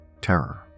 Terror